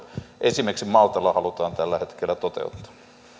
esimerkiksi maltalla halutaan tällä hetkellä toteuttaa